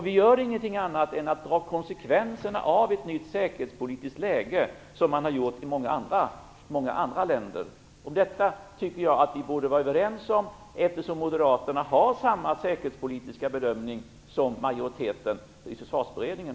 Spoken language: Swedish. Vi gör ingenting annat än att dra konsekvenserna av ett nytt säkerhetspolitiskt läge, vilket man har gjort i många andra länder. Om detta tycker jag att vi borde vara överens, eftersom Moderaterna gör samma säkerhetspolitiska bedömning som majoriteten i Försvarsberedningen.